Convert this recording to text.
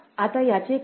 आता याचं काय